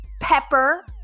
Pepper